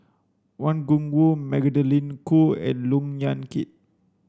Wang Gungwu Magdalene Khoo and Loog Yan Kit